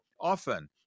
often